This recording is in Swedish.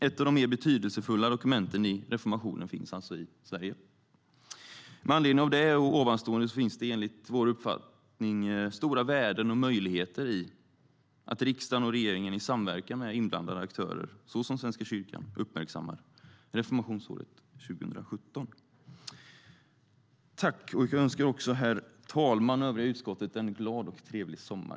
Ett av de mer betydelsefulla dokumenten i reformationen finns alltså i Sverige. Med anledning av det och det tidigare sagda finns det enligt vår uppfattning stora värden och möjligheter i att riksdagen och regeringen i samverkan med inblandade aktörer, såsom Svenska kyrkan, uppmärksammar reformationsåret 2017. Också jag önskar herr talmannen och övriga utskottet en glad och trevlig sommar!